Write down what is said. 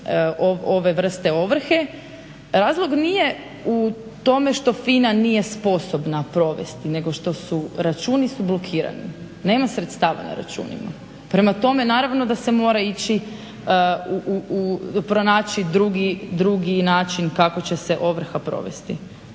ove vrste ovrhe. Razlog nije u tome što FINA nije sposobna provesti, nego što su računi su blokirani, nema sredstava na računima. Prema tome, naravno da se mora ići, pronaći drugi način kako će se ovrha provesti.